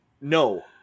No